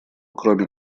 кроме